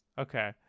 okay